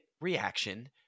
reaction